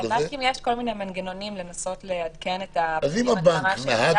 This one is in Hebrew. לבנקים יש כל מיני מנגנונים לנסות לעדכן את הפרטים עד כמה שאפשר,